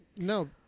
No